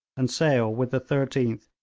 and sale, with the thirteenth,